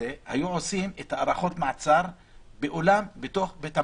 היו עושים את הארכות המעצר בתוך בית המעצר.